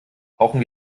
brauchen